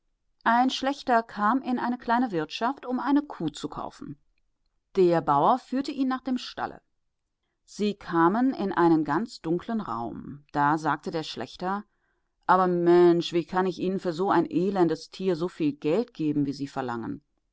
ein schlächter kam in eine kleine wirtschaft um eine kuh zu kaufen der bauer führte ihn nach dem stalle sie kamen in einen ganz dunklen raum da sagte der schlächter aber mensch wie kann ich ihnen für ein so elendes tier so viel geld geben wie sie